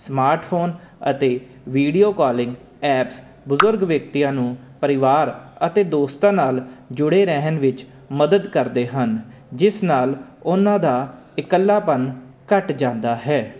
smart phone ਅਤੇ video calling apps ਬਜ਼ੁਰਗ ਵਿਅਕਤੀਆਂ ਨੂੰ ਪਰਿਵਾਰ ਅਤੇ ਦੋਸਤਾਂ ਨਾਲ ਜੁੜੇ ਰਹਿਣ ਵਿੱਚ ਮਦਦ ਕਰਦੇ ਹਨ ਜਿਸ ਨਾਲ ਉਹਨਾਂ ਦਾ ਇਕੱਲਾਪਨ ਘੱਟ ਜਾਂਦਾ ਹੈ